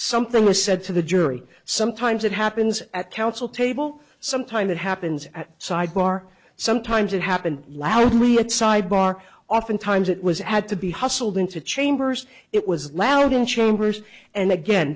something was said to the jury sometimes it happens at counsel table sometimes it happens at sidebar sometimes it happened loudly at sidebar oftentimes it was had to be hustled into chambers it was loud in chambers and again